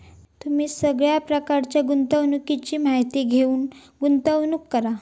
तुम्ही सगळ्या प्रकारच्या गुंतवणुकीची माहिती घेऊनच गुंतवणूक करा